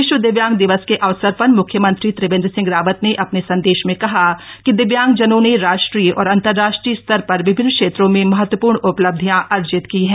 विश्व दिव्यांग दिवस के अवसर पर मुख्यमंत्री त्रिवेंद्र सिंह रावत ने अपने संदेश में कहा कि दिव्यांगजनों ने राष्ट्रीय और अन्तर्राष्ट्रीय स्तर पर विभिन्न क्षेत्रों में महत्वपूर्ण उपलब्धियां अर्जित की है